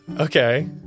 okay